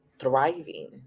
thriving